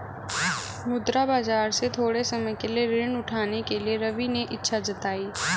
मुद्रा बाजार से थोड़े समय के लिए ऋण उठाने के लिए रवि ने इच्छा जताई